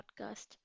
podcast